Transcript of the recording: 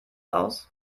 aus